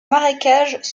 marécages